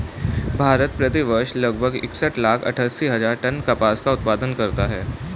भारत, प्रति वर्ष लगभग इकसठ लाख अट्टठासी हजार टन कपास का उत्पादन करता है